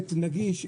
ונגיש.